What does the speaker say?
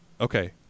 okay